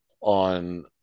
on